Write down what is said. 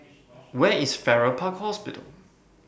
Where IS Farrer Park Hospital